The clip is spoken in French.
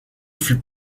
fût